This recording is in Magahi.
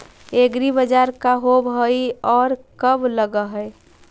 एग्रीबाजार का होब हइ और कब लग है?